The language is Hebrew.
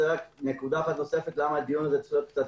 זאת רק נקודה אחת נוספת למה הדיון הזה צריך להיות קצת